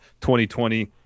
2020